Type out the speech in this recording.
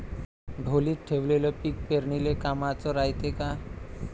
ढोलीत ठेवलेलं पीक पेरनीले कामाचं रायते का?